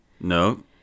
no